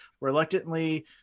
reluctantly